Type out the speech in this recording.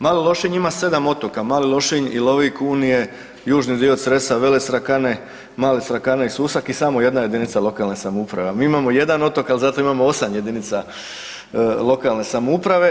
Mali Lošinj ima 7 otoka, Mali Lošinj i ...[[… govornik se ne razumije…]] južni dio Cresa, Vele Srakane, Male Srakane i Susak i samo jedna jedinica lokalne samouprave, a mi imamo jedan otok al zato imamo 8 jedinica lokalne samouprave.